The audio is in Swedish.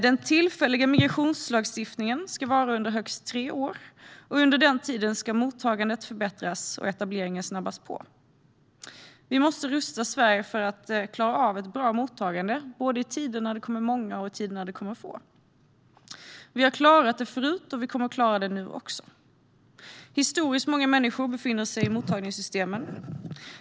Den tillfälliga migrationslagstiftningen ska finnas under högst tre år, och under den tiden ska mottagandet förbättras och etableringen snabbas på. Vi måste rusta Sverige att klara av ett bra mottagande både i tider då det kommer många och i tider då det kommer få. Vi har klarat det tidigare, och vi kommer att klara det nu också. Historiskt många människor befinner sig i mottagningssystemen.